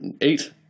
eight